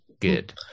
good